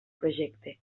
projecte